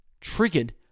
triggered